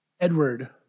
edward